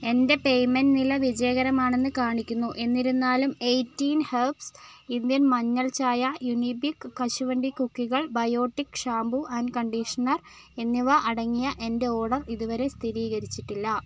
എന്റെ പേയ്മെൻറ്റ് നില വിജയകരമാണെന്ന് കാണിക്കുന്നു എന്നിരുന്നാലും എയ്റ്റീൻ ഹെർബ്സ് ഇന്ത്യൻ മഞ്ഞൾ ചായ യുനിബിക് കശുവണ്ടി കുക്കികൾ ബയോട്ടിക് ഷാംപൂ ആൻഡ് കണ്ടീഷണർ എന്നിവ അടങ്ങിയ എന്റെ ഓഡർ ഇതുവരെ സ്ഥിരീകരിച്ചിട്ടില്ല